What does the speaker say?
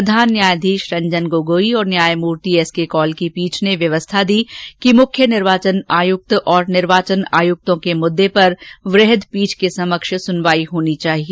प्रधान न्यायाधीश रंजन गोगोई और न्यायमूर्ति एस के कौल की पीठ ने व्यवस्था दी कि मुख्य निर्वाचन आयुक्त और निर्वाचन आयुक्तों के मुद्दे पर वृहद पीठ के समक्ष सुनवाई होनी चाहिए